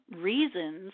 reasons